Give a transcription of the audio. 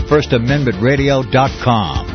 FirstAmendmentRadio.com